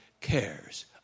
cares